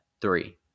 three